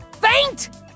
faint